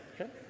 okay